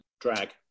drag